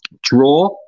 draw